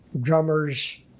Drummers